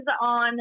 on